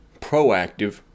proactive